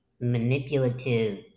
manipulative